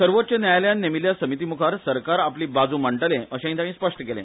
सर्वोच्च न्यायालयान नेमिल्ल्या समितीमुखार सरकार आपली बाजू मांडतले अशैंय ताणी स्पष्ट केले